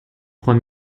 trois